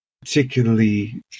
particularly